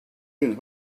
can